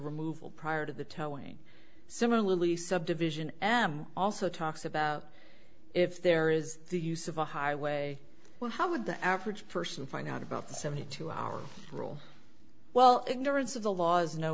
removal prior to the towing similarly subdivision am also talks about if there is the use of a highway well how would the average person find out about the seventy two hour rule well ignorance of the laws no